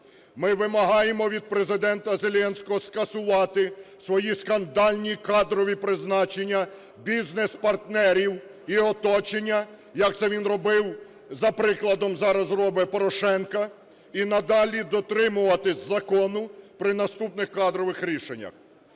Ми вимагаємо від Президента Зеленського скасувати свої скандальні кадрові призначення бізнес-партнерів і оточення, як це він робив, за прикладом зараз робить Порошенка, і надалі дотримуватися закону при наступних кадрових рішеннях.